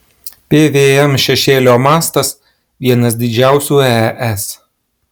pvm šešėlio mastas vienas didžiausių es